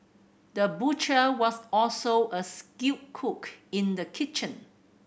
the butcher was also a skilled cook in the kitchen